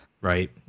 right